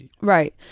right